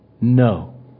no